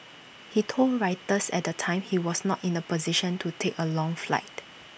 he told Reuters at the time he was not in A position to take A long flight